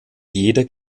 jeder